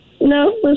No